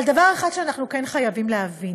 אבל דבר אחד שאנחנו כן חייבים להבין: